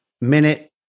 Minute